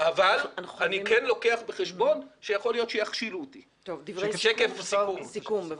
אבל אני כן לוקח בחשבון שיכול להיות שיכשילו אותי סיכום בבקשה.